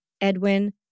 Edwin